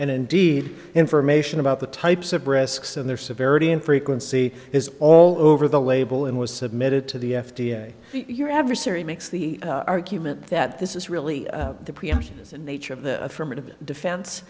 and indeed information about the types of risks and their severity and frequency is all over the label and was submitted to the f d a your adversary makes the argument that this is really the preemptions nature of the affirmative defen